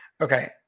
Okay